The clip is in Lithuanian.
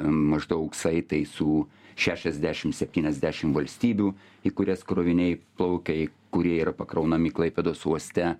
maždaug saitai su šešiasdešim septyniasdešim valstybių į kurias kroviniai plaukia kurie yra pakraunami klaipėdos uoste